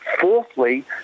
fourthly